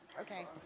Okay